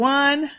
one